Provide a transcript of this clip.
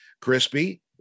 Crispy